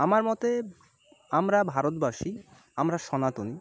আমার মতে আমরা ভারতবাসী আমরা সনাতনী